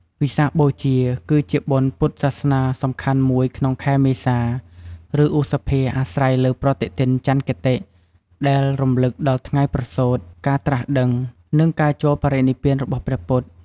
វិសាខបូជាគឺជាបុណ្យពុទ្ធសាសនាសំខាន់មួយក្នុង ខែមេសា ឬឧសភាអាស្រ័យលើប្រតិទិនចន្ទគតិ ដែលរំលឹកដល់ថ្ងៃប្រសូតការត្រាស់ដឹង និងការចូលបរិនិព្វានរបស់ព្រះពុទ្ធ។